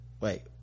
wait